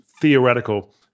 theoretical